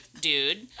dude